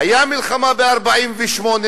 היתה מלחמה ב-1948.